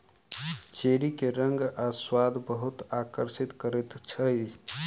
cherry के रंग आ स्वाद बहुत आकर्षित करैत अछि